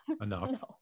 enough